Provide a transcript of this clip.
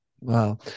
Wow